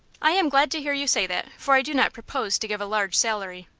i am glad to hear you say that, for i do not propose to give a large salary.